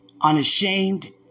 unashamed